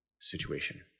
situation